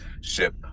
ship